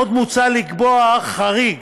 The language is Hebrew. עוד מוצע, לקבוע חריג